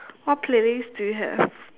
what playlist do you have